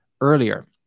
earlier